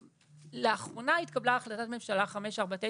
בשנת 2021 התקבלה החלטת ממשלה 549